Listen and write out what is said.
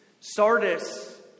Sardis